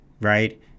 right